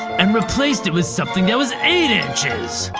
and replaced it with, something that is eight inches!